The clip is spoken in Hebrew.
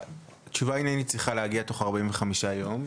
תשובה עניינית צריכה להגיע תוך 45 ימים.